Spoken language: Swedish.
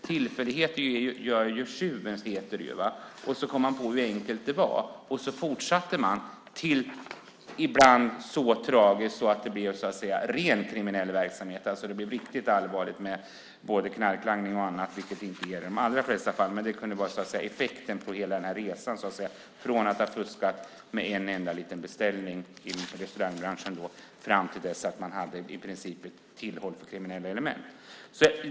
Tillfället gör tjuven, heter det ju. Man kom på hur enkelt det var, och fortsatte. Ibland blev det så tragiskt att det slutade med ren kriminell verksamhet och riktigt allvarligt med både knarklangning och annat. Det gäller inte i de allra flesta fall, men det kunde bli effekten på hela resan. Från att ha fuskat med en enda liten beställning inom restaurangbranschen hade man i princip ett tillhåll för kriminella element.